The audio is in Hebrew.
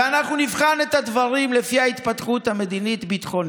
ואנחנו נבחן את הדברים לפי ההתפתחות המדינית-ביטחונית.